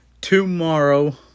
tomorrow